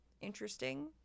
Interesting